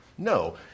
No